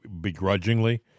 begrudgingly